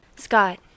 Scott